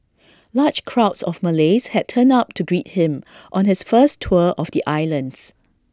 large crowds of Malays had turned up to greet him on his first tour of the islands